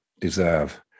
deserve